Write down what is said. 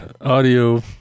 audio